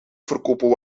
verkopen